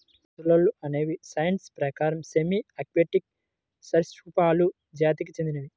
మొసళ్ళు అనేవి సైన్స్ ప్రకారం సెమీ ఆక్వాటిక్ సరీసృపాలు జాతికి చెందినవి